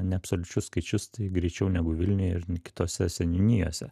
ne absoliučius skaičius tai greičiau negu vilniuj ir kitose seniūnijose